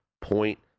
point